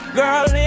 girl